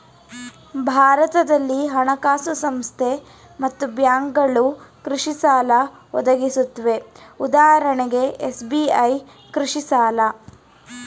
ಭಾರತದಲ್ಲಿ ಹಣಕಾಸು ಸಂಸ್ಥೆ ಮತ್ತು ಬ್ಯಾಂಕ್ಗಳು ಕೃಷಿಸಾಲ ಒದಗಿಸುತ್ವೆ ಉದಾಹರಣೆಗೆ ಎಸ್.ಬಿ.ಐ ಕೃಷಿಸಾಲ